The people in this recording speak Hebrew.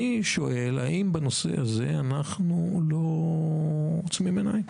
האם בנושא הזה אנחנו לא עוצמים עיניים